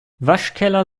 waschkeller